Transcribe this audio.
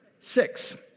Six